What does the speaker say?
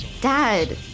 Dad